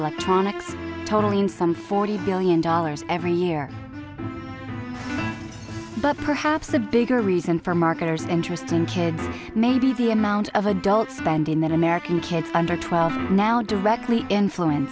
electronics totally and some forty billion dollars every year but perhaps a bigger reason for marketers interesting kids maybe the amount of adult spending that american kids under twelve now directly influence